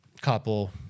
couple